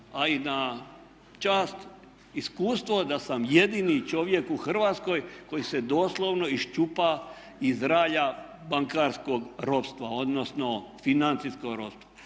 ali i na čast iskustvo da sam jedini čovjek u Hrvatskoj koji se doslovno iščupa iz ralja bankarskog ropstva, odnosno financijskog ropstva.